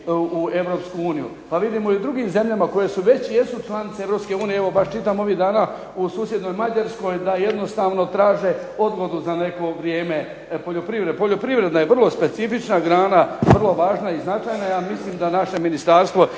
uniju. Pa vidimo i u drugim zemljama koje su već jesu članice Europske unije, evo baš čitam ovih dana u susjednoj Mađarskoj da jednostavno traže odgodu za neko vrijeme poljoprivrede, poljoprivredna je vrlo specifična grana vrlo važna i značajna, ja mislim da naše ministarstvo